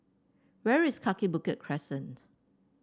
where is Kaki Bukit Crescent